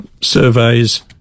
surveys